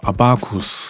Abacus